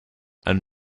and